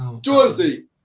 jersey